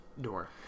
door